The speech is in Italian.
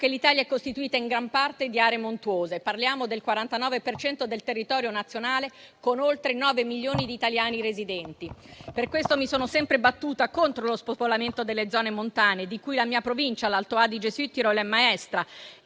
L'Italia è costituita in gran parte di aree montuose: parliamo del 49 per cento del territorio nazionale, con oltre 9 milioni di italiani residenti. Per questo mi sono sempre battuta contro lo spopolamento delle zone montane, di cui la mia Provincia, l'Alto Adige-Südtirol, è maestra.